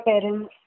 parents